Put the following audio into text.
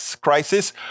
crisis